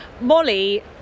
Molly